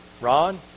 Ron